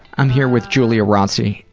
i'm here with giulia rozzi,